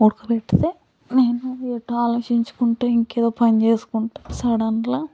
ఉడకబెట్టితే నేను ఎటో ఆలోచించుకుంటూ ఇంక ఏదో పని చేసుకుంటూ సడన్ల